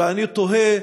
ואני תוהה